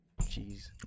Jeez